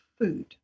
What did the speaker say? food